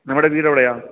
നമ്മടെ വീടെവിടെയാ